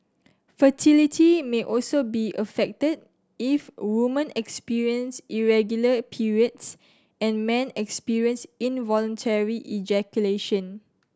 fertility may also be affected if women experience irregular periods and men experience involuntary ejaculation